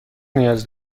نیاز